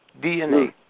DNA